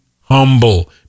humble